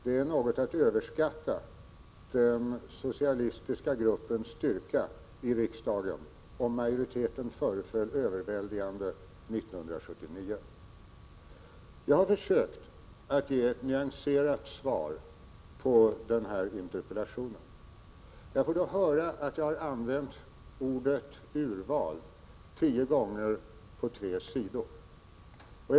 Det är något att överskatta den socialistiska gruppens styrka i riksdagen, om majoriteten föreföll överväldigande 1979. Jag har försökt att ge ett nyanserat svar på den här interpellationen. Jag får då höra att jag använt ordet ”urval” tio gånger på de sju sidor som mitt skriftliga svar omfattade.